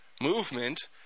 movement